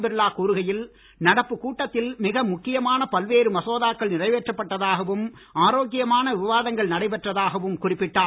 பிர்லா கூறுகையில் நடப்புக் கூட்டத்தில் மிக முக்கியமான பல்வேறு மசோதாக்கள் நிறைவேற்றப் பட்டதாகவும் ஆரோக்கியமான விவாதங்கள் நடைபெற்றதாகவும் குறிப்பிட்டார்